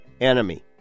enemy